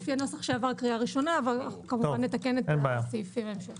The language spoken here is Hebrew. קריאה ראשונה אבל אנחנו כמובן נתקן את הסעיפים בהמשך.